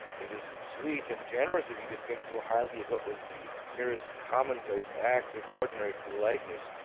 it is sweet and generous of you to think so highly of what was the merest commonplace act of ordinary politeness,